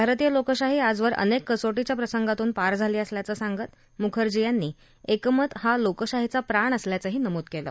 भारतीय लोकशाही आजवर अनेक कसोटीच्या प्रसंगातून पार झाली असल्याचं सांगत मुखर्जी यांनी एकमत हा लोकशाहीचा प्राण असल्याचंही नमूद केलं